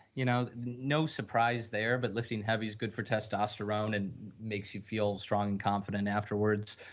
you know, no surprise there, but lifting heavy is good for testosterone and makes you feel strong and confident afterwards.